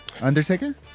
Undertaker